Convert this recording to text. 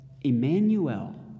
Emmanuel